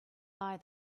buy